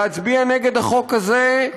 להצביע נגד החוק הזה,